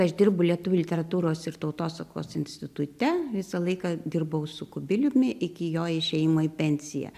aš dirbu lietuvių literatūros ir tautosakos institute visą laiką dirbau su kubiliumi iki jo išėjimo į pensiją